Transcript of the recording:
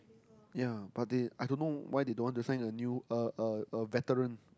ya but they I don't know why they don't want to sign a new a a veteran